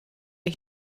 ich